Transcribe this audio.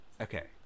okay